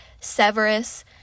Severus